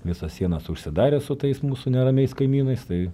visos sienos užsidarė su tais mūsų neramiais kaimynais tai